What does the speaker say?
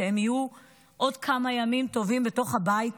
שהם יהיו בעוד כמה ימים טובים בתוך הבית.